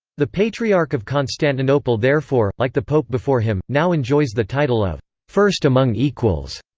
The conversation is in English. the patriarch of constantinople therefore, like the pope before him, now enjoys the title of first among equals.